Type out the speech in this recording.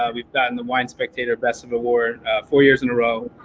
ah we've gotten the wine spectator best of award four years in a row.